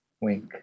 Wink